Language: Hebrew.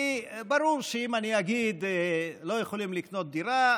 כי ברור שאם אני אגיד שלא יכולים לקנות דירה,